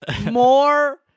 more